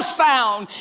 sound